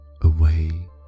away